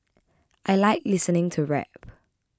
I like listening to rap